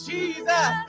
Jesus